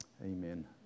Amen